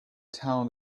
town